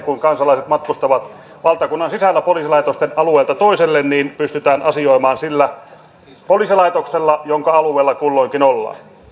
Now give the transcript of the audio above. kun kansalaiset matkustavat valtakunnan sisällä yhden poliisilaitoksen alueelta toisen alueelle niin pystytään asioimaan sillä poliisilaitoksella jonka alueella kulloinkin ollaan